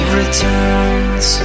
returns